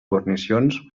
guarnicions